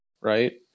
right